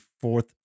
fourth